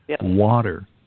Water